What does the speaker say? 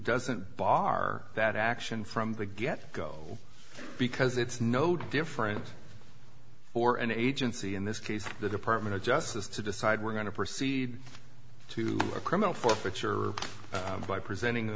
doesn't bar that action from the get go because it's no different for an agency in this case the department of justice to decide we're going to proceed to a criminal forfeiture by presenting the